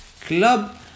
club